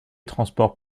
transports